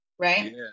Right